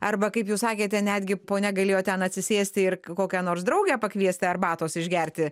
arba kaip jūs sakėte netgi ponia galėjo ten atsisėsti ir kokią nors draugę pakviesti arbatos išgerti